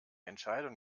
entscheidung